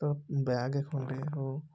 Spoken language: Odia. ସେ ତ ବ୍ୟାଗ୍ ଖଣ୍ଡେ ହଉ